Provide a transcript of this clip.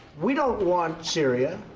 we don't want syria.